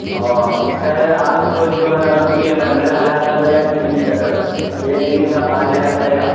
اوہ sir آپ کو جو ہے روپیہ پندرہ ہزار پڑ جائے گا تین دن کا سر ایک دن کا پانچ ہزار پڑے گا